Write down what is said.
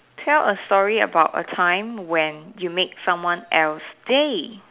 tell a story about a time when you make someone else day